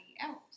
else